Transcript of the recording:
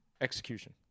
execution